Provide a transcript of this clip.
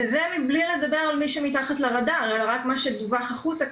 וזה מבלי לדבר על מי שמתחת לרדאר אלא רק מה שדווח החוצה,